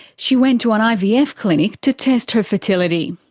she went to an ivf clinic to test her fertility.